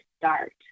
start